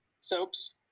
Soaps